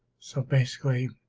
so basically